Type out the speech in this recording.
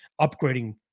upgrading